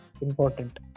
important